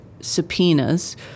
subpoenas